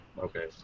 Okay